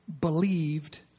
believed